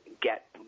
get